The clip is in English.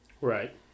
Right